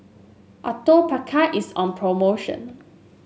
Atopiclair is on promotion